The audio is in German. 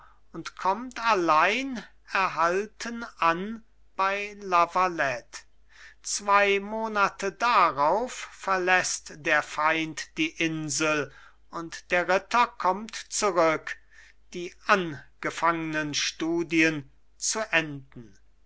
und kommt allein erhalten an bei la valette zwei monate darauf verläßt der feind die insel und der ritter kommt zurück die angefangnen studien zu enden